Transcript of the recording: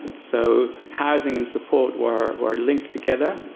so housing and support were linked together,